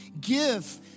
Give